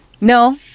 no